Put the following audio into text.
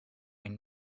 ein